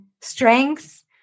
strengths